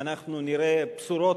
והוא כתב את זה בבירור,